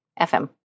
FM